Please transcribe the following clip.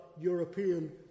European